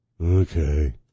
Okay